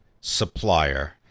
supplier